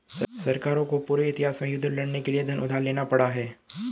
सरकारों को पूरे इतिहास में युद्ध लड़ने के लिए धन उधार लेना पड़ा है